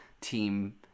team